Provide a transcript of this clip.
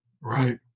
Right